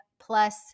plus